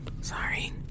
sorry